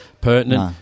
pertinent